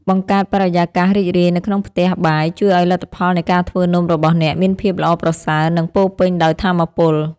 បង្កើតបរិយាកាសរីករាយនៅក្នុងផ្ទះបាយជួយឱ្យលទ្ធផលនៃការធ្វើនំរបស់អ្នកមានភាពល្អប្រសើរ និងពោរពេញដោយថាមពល។